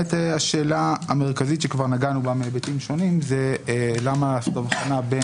השאלה המרכזית שכבר נגענו בה מהיבטים שונים היא למה יש הבחנה.